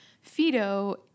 Fido